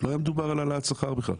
לא היה מדובר על העלאת שכר בכלל.